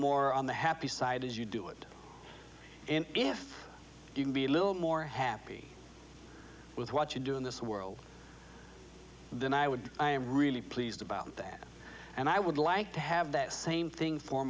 more on the happy side as you do it and if you can be a little more happy with what you do in this world then i would i am really pleased about that and i would like to have that same thing for